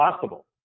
possible